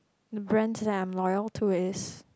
the brands that I am loyal to is